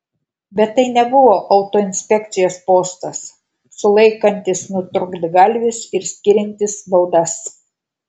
bet tai nebuvo autoinspekcijos postas sulaikantis nutrūktgalvius ir skiriantis baudas